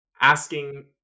asking